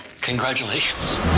Congratulations